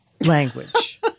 language